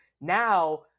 Now